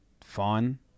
Fun